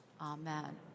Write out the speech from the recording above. Amen